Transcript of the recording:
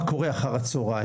מה קורה אחר הצוהריים?